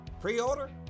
Pre-order